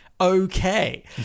okay